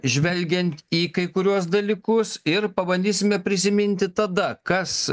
žvelgiant į kai kuriuos dalykus ir pabandysime prisiminti tada kas